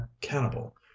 cannibal